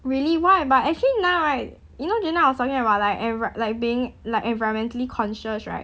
really why but actually now right you know just now I was talking about like envir~ like being like environmentally conscious right